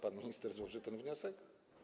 Pan minister złoży ten wniosek?